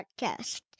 podcast